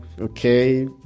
okay